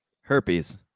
herpes